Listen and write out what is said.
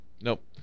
Nope